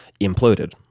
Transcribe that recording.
imploded